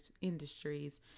industries